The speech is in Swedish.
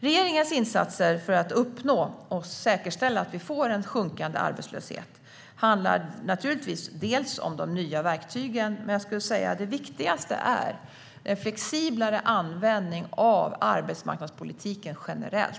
Regeringens insatser för att uppnå och säkerställa en sjunkande arbetslöshet handlar dels om de nya verktygen, dels - och det skulle jag säga är det viktigaste - om en flexiblare användning av arbetsmarknadspolitiken generellt.